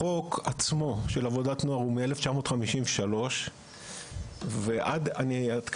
חוק עבודת נוער הוא משנת 1953. עד 2008